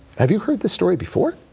have you heard this story before?